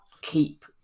keep